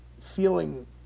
feeling